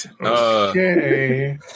Okay